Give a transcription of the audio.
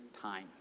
time